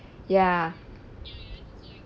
ya